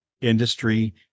industry